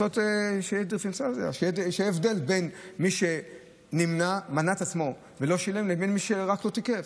שיהיה הבדל בין מי שמנע מעצמו ולא שילם לבין מי שרק לא תיקף.